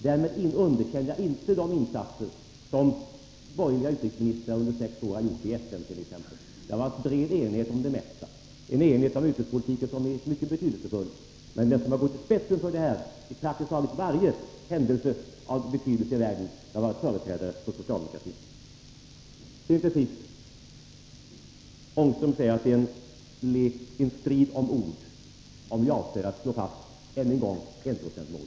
Därmed underkänner jag inte de insatser som borgerliga utrikesministrar under sex år har gjort i FNt.ex. Det har rått bred enighet om det mesta, en enighet om utrikespolitiken som är mycket betydelsefull. Men de som har gått i spetsen för detta när det gällt praktiskt taget varje händelse av betydelse i världen är socialdemokraterna. Rune Ångström sade att det är en strid om ord, när vi avser att än en gång slå fast enprocentsmålet.